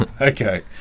Okay